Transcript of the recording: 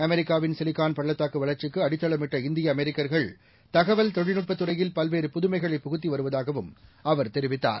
அமெரிக்காவின்சிலிகான்பள்ளத்தாக்குவளர்ச்சிக்குஅடித்தள மிட்டுள்ளஇந்தியஅமெரிக்கர்கள் தகவல்தொழில்நுட்பத்துறையில்பல்வேறுபுதுமைகளைபுகுத் திவருவதாகவும்அவர்தெரிவித்தார்